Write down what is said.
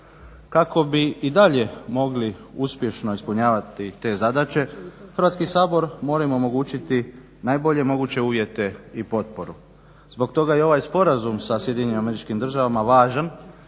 Kako i bi i dalje mogli uspješno ispunjavati te zadaće Hrvatski sabor mora im omogućiti najbolje moguće uvjete i potporu. Zbog toga i ovaj sporazum sa SAD važan